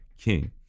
king